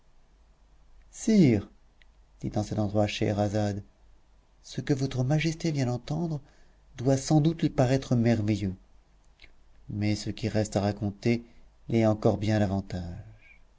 en cet endroit scheherazade ce que votre majesté vient d'entendre doit sans doute lui paraître merveilleux mais ce qui reste à raconter l'est encore bien davantage